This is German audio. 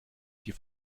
sie